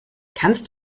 kannst